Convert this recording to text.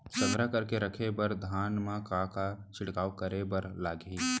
संग्रह करके रखे बर धान मा का का छिड़काव करे बर लागही?